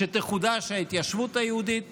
שתחודש ההתיישבות היהודית באזור,